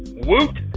woot.